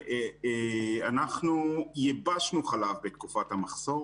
אנחנו ייבשנו חלב בתקופת המחסור,